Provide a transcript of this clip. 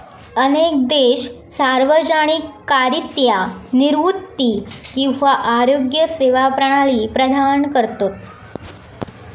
अनेक देश सार्वजनिकरित्या निवृत्ती किंवा आरोग्य सेवा प्रणाली प्रदान करतत